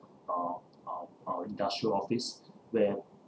uh uh uh industrial office where